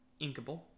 Inkable